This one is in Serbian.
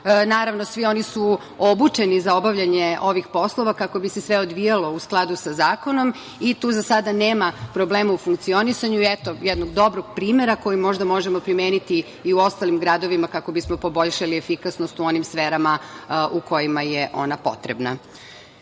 Naravno, svi oni su obučeni za obavljanje ovih poslova kako bi se sve odvijalo u skladu sa zakonom i tu za sada nema problema u funkcionisanju. Eto jednog dobrog primera koji možda možemo primeniti i u ostalim gradovima kako bismo poboljšali efikasnost u onim sferama u kojima je ona potrebna. Na